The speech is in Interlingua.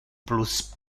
plus